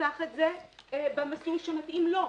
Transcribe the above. ייקח את זה במסלול המתאים לו,